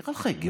נראה לך הגיוני?